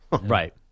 Right